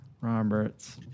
Roberts